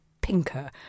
pinker